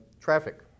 traffic